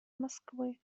москвы